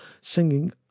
singing